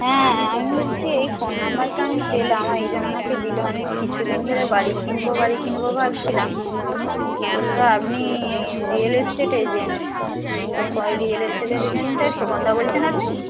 হ্যাঁ আমি বলছি এই ফোন নম্বরটা আমি পেলাম একজন আমাকে দিলো আমি কিছু দিন ধরে বাড়ি কিনবো বাড়ি কিনবো ভাবছিলাম বললো আপনি রিয়েল এস্টেট এজেন্ট ওকো রিয়েল এস্টেট এজেন্টের খোকনদা বলছেন আপনি